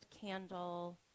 candle